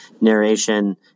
narration